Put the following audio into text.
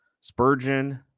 Spurgeon